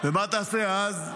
ומה תעשה אז?